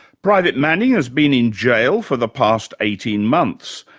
private manning has been in jail for the past eighteen months.